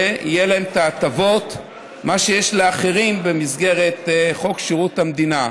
שיהיו להם ההטבות שיש לאחרים במסגרת חוק שירות המדינה.